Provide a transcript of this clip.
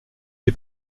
est